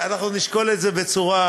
אנחנו נשקול את זה בצורה,